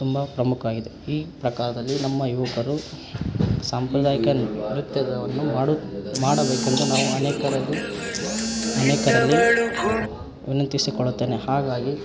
ತುಂಬ ಪ್ರಮುಖ ಆಗಿದೆ ಈ ಪ್ರಕಾರದಲ್ಲಿ ನಮ್ಮ ಯುವಕರು ಸಾಂಪ್ರದಾಯಿಕ ನೃತ್ಯವನ್ನು ಮಾಡಿ ಮಾಡಬೇಕೆಂದು ನಾವು ಅನೇಕರಲ್ಲಿ ಅನೇಕರಲ್ಲಿ ವಿನಂತಿಸಿಕೊಳ್ಳುತ್ತೇನೆ ಹಾಗಾಗಿ